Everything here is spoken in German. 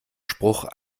spruch